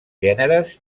gèneres